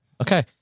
Okay